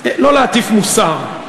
לא להטיף מוסר.